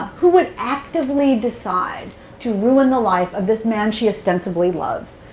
who would actively decide to ruin the life of this man she ostensibly loves?